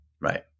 right